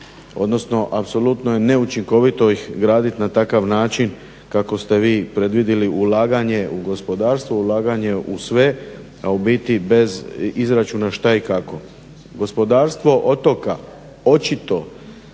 odnosno apsolutno je neučinkovito ih gradit na takav način kako ste vi predvidjeli ulaganje u gospodarstvo, ulaganje u sve, a u biti bez izračuna šta i kako. Gospodarstvo otoka očito